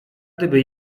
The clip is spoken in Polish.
gdyby